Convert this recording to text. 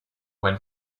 when